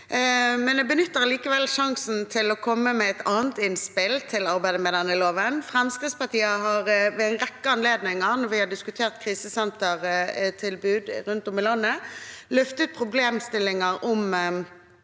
på. Jeg benytter likevel sjansen til å komme med et annet innspill til arbeidet med denne loven. Fremskrittspartiet har ved en rekke anledninger når vi har diskutert krisesentertilbud rundt om i landet, løftet problemstillinger om